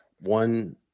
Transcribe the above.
one